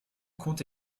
compte